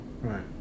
Right